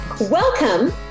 Welcome